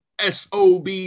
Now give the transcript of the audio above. SOB